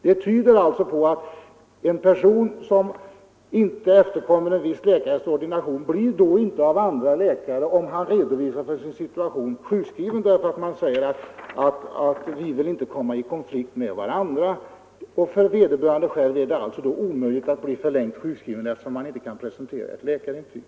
Det tyder på att en person, som inte efterkommer en viss läkares ordination och sedan för andra läkare redovisar sin situation, inte blir sjukskriven, eftersom läkarna inte vill komma i konflikt med varandra. För vederbörande patient är det alltså omöjligt att bli förlängt sjukskriven, eftersom han inte kan presentera ett läkarintyg.